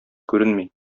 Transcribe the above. күренми